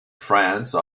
france